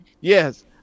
Yes